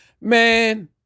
Man